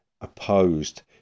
opposed